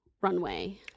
Runway